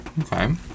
Okay